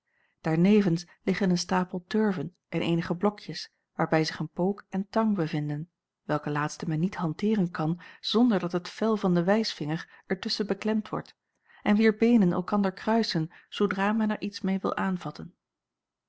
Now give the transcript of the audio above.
daarnevens liggen een stapel turven en eenige blokjes waarbij zich een pook en tang bevinden welke laatste men niet hanteeren kan zonder dat het vel van den wijsvinger er tusschen beklemd wordt en wier beenen elkander kruisen zoodra men er iets meê wil aanvatten